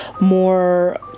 more